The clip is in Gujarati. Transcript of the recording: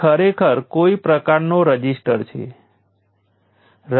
હું રઝિસ્ટર માટે તે જ કરીશ